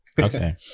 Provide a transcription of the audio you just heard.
Okay